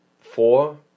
four